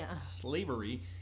slavery